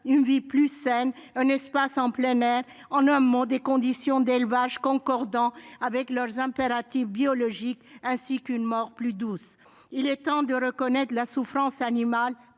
une vie plus saine, un espace en plein air, en un mot des conditions d'élevage concordant avec leurs impératifs biologiques, ainsi qu'une mort plus douce. Il est temps de reconnaître la souffrance animale